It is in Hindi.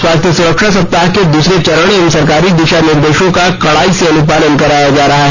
स्वास्थ्य सुरक्षा सप्ताह के दूसरे चरण एवं सरकारी दिशा निर्देशों का कड़ाई से अनुपालन कराया जा रहा है